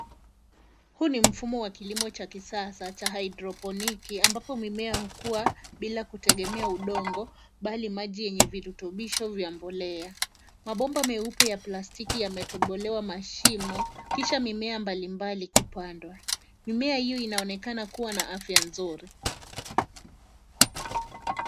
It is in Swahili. Huu ni mfumo wa kilimo cha kisasa cha hydrophonic ,ambapo mimea hukua bila kutegemea udongo, bali maji yenye virutubisho vya mbolea. Mabomba meupe ya plastiki yametobolewa mashimo, kisha mimea mbalimbali kupandwa. Mimea hiyo inaonekana kuwa na afya nzuri.